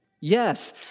Yes